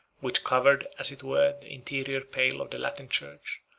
which covered as it were the interior pale of the latin church,